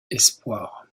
espoirs